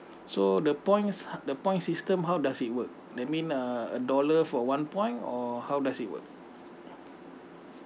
so the points the point system how does it work that mean uh a dollar for one point or how does it work